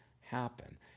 happen